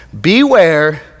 Beware